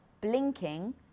blinking